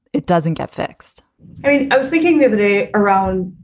it doesn't get fixed i mean, i was thinking the other day around,